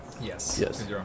Yes